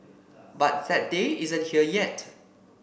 but that day isn't here yet